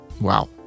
wow